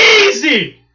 Easy